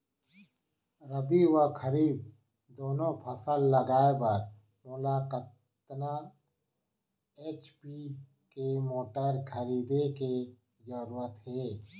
रबि व खरीफ दुनो फसल लगाए बर मोला कतना एच.पी के मोटर खरीदे के जरूरत हे?